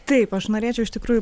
taip aš norėčiau iš tikrųjų